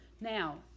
Now